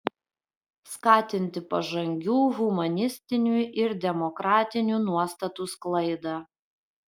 skatinti pažangių humanistinių ir demokratinių nuostatų sklaidą